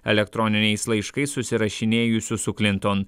elektroniniais laiškais susirašinėjusių su klinton